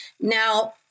Now